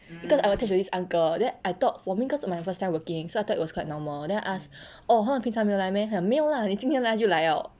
because I was attached to this uncle then I thought 我们 cause is my first working so I thought it was quite normal then I ask orh 他们平差没有来 meh 他讲没有 lah 你今天来他们就来 liao